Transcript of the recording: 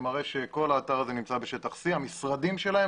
שמראה שכל האתר הזה נמצא בשטח C. המשרדים שלהם